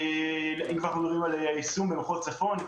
אם אנחנו מדברים על היישום במחוז צפון,